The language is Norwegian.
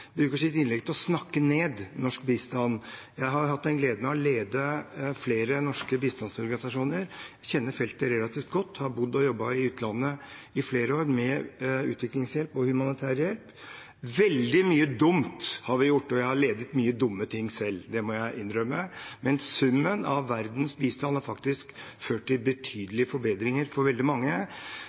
bruker sitt innlegg til å snakke ned norsk bistand. Jeg har hatt gleden av å lede flere norske bistandsorganisasjoner, og jeg kjenner feltet relativt godt. Jeg har bodd i utlandet i flere år og jobbet med utviklingshjelp og humanitær hjelp. Veldig mye dumt har vi gjort, og jeg har ledet mye dumt selv – det må jeg innrømme, men summen av verdens bistand har faktisk ført til betydelige forbedringer for veldig mange.